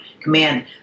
command